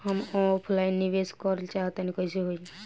हम ऑफलाइन निवेस करलऽ चाह तनि कइसे होई?